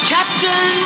Captain